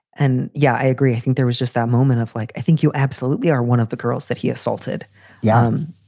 and yeah, i agree. i think there was just that moment of like i think you absolutely are one of the girls that he assaulted yeah um